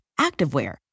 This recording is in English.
activewear